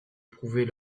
prouver